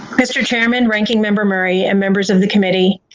mr. chairman, ranking member murray and members of the committee,